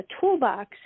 toolbox